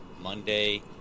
monday